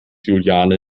juliane